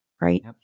right